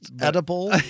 Edible